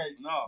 no